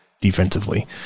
defensively